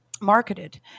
marketed